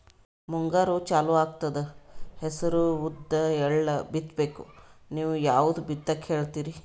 ಮುಂಗಾರು ಚಾಲು ಆಗ್ತದ ಹೆಸರ, ಉದ್ದ, ಎಳ್ಳ ಬಿತ್ತ ಬೇಕು ನೀವು ಯಾವದ ಬಿತ್ತಕ್ ಹೇಳತ್ತೀರಿ?